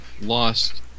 lost